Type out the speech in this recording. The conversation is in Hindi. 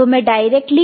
तो मैं डायरेक्टली